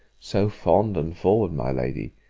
so fond and forward my lady!